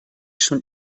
schon